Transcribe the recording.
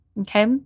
okay